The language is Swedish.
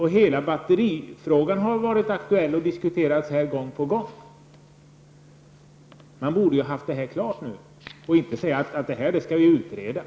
Hela batterifrågan har varit aktuell och diskuterats här gång på gång. Man borde ha haft detta klart nu och inte behövt säga att frågan skall utredas.